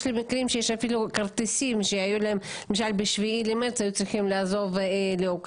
יש מקרים בהם היו לאנשים כרטיסים והם היו צריכים לעזוב לאוקראינה.